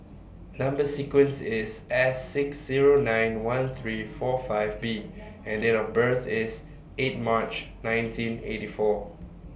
Number sequence IS S six Zero nine one three four five B and Date of birth IS eight March nineteen eighty four